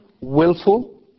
willful